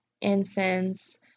incense